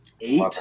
eight